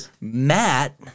Matt